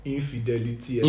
Infidelity